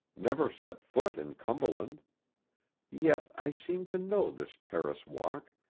never set foot in cumberland yet i seem to know this terrace walk,